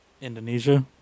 Indonesia